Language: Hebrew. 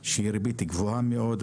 שהיא ריבית גבוהה מאוד,